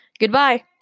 Goodbye